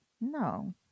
no